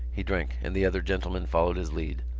he drank and the other gentlemen followed his lead.